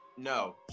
No